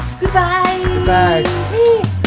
Goodbye